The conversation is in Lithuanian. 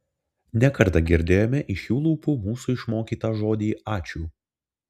ne kartą girdėjome iš jų lūpų mūsų išmokytą žodį ačiū